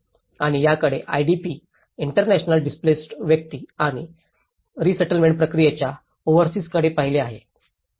आणि याकडे IDP international displaced व्यक्ती आणि रीसेटलमेंट प्रक्रियेच्या ओव्हरसीजकडे पाहिले आहे